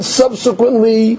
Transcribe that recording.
subsequently